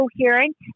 coherent